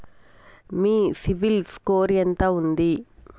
మీ CIBIL score ఎంత ఉంది?